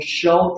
show